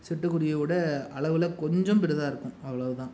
சிட்டுக்குருவியோடய அளவில் கொஞ்சம் பெரிதாக இருக்கும் அவ்வளோதான்